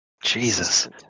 Jesus